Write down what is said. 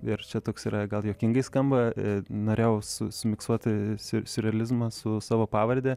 ir čia toks yra gal juokingai skamba norėjau su sumiksuoti siurrealizamą su savo pavarde